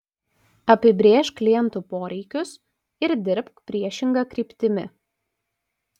apibrėžk klientų poreikius ir dirbk priešinga kryptimi